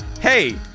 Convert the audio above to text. hey